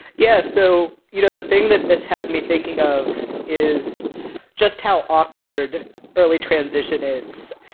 yeah. so, you know, the thing that this had me thinking of is just how awkward early transition is.